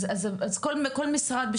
אז כל משרד,